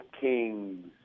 kings